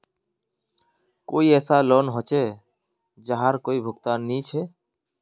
कोई ऐसा लोन होचे जहार कोई भुगतान नी छे?